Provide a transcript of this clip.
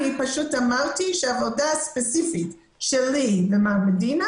אני פשוט אמרתי שהעבודה הספציפית שלי עם מר מדינה,